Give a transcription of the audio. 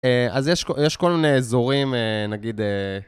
אז יש כל מיני אזורים, נגיד...